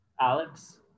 Alex